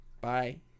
bye